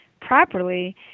properly